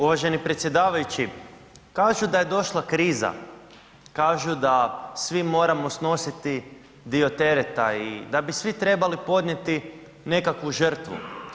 Uvažene predsjedavajući, kažu da je došla kriza, kažu da svi moramo snositi dio tereta i da bi svi trebali podnijeti nekakvu žrtvu.